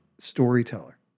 storyteller